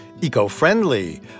eco-friendly